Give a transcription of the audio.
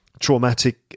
traumatic